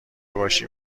باشیم